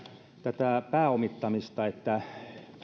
tätä pääomittamista että